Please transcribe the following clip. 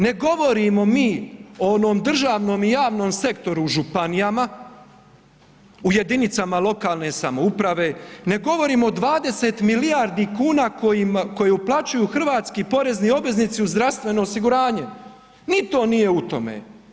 Ne govorimo mi o onom držanom i javnom sektoru u županijama, u jedinicama lokalne samouprave, ne govorimo o 20 milijardi kuna kojim, koje uplaćuju hrvatski porezni obveznici u zdravstveno osiguranje, ni to nije u tome.